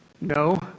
No